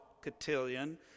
Cotillion